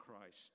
Christ